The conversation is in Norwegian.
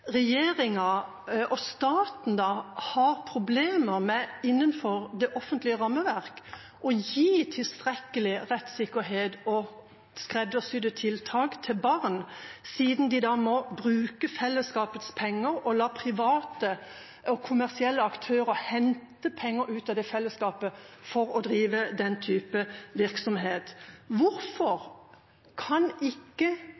regjeringa og staten har problemer, innenfor det offentlige rammeverk, med å gi tilstrekkelig rettssikkerhet og skreddersydde tiltak til barn, siden de må bruke fellesskapets penger og la private og kommersielle aktører hente penger ut av fellesskapet for å drive den type virksomhet. Hvorfor kan ikke